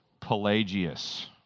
Pelagius